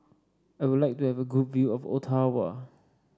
I would like to have a good view of Ottawa